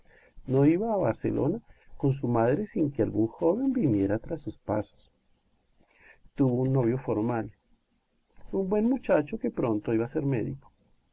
no iba a barcelona con su madre sin que algún joven viniera tras sus pasos tuvo un novio formal un buen muchacho que pronto iba a ser médico